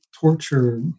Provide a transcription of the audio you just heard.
torture